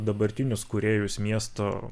dabartinius kūrėjus miesto